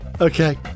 Okay